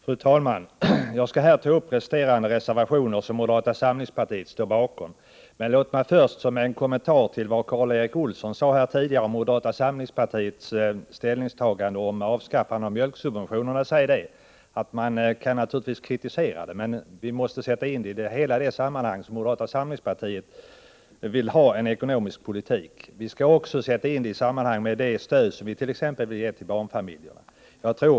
Fru talman! Jag skall här ta upp resterande reservationer som moderata samlingspartiet står bakom. Men låt mig först såsom en kommentar till vad Karl Erik Olsson tidigare sade om moderata samlingspartiets ställningstagande beträffande avskaffande av mjölksubventionerna medge att man naturligtvis kan kritisera det. Men man måste sätta in det i sammanhang med moderata samlingspartiets ekonomiska politik och det stöd som vi vill ge till barnfamiljerna.